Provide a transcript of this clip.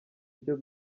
icyo